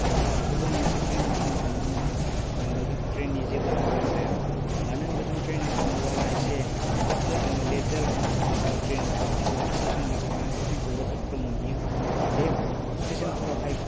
ओह जोंहा गुबुन मोनसे ट्रेनजों जों हमनो मोनो मानो होमबा जोंहा ट्रेननि जेबो आंखाल थाया मानो होमबा जों ट्रेनजों थाङोबोला एसे ओह जोङो लेट जालाङो मानो होमबा ट्रेना गोबां स्टेसन बारलांनानैसो जों क'क्राझारफोराव मोनहैयो बे स्टेसनफोरावहाय